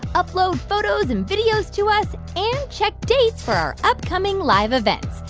upload photos and videos to us and check dates for our upcoming live events.